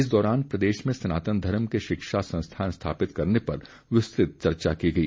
इस दौरान प्रदेश में स्नातन धर्म के शिक्षा संस्थान स्थापित करने पर विस्तृत चर्चा की गई